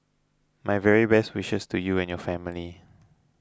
my very best wishes to you and your family